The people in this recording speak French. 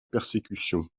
persécution